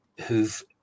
who've